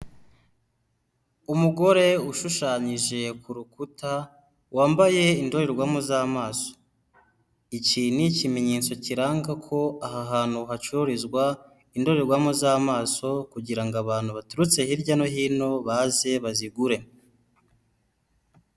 Umugore ushushanyije ku rukuta wambaye indorerwamo z'amaso. Iki ni ikimenyetso kiranga ko aha hantu hacururizwa indorerwamo z'amaso, kugira ngo abantu baturutse hirya no hino baze bazigure.